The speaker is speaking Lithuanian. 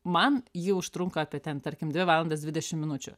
man ji užtrunka apie ten tarkim dvi valandas dvidešimt minučių